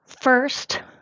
First